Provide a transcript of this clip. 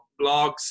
blogs